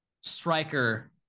striker